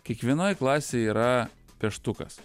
kiekvienoj klasėj yra peštukas